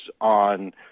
on